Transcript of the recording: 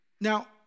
Now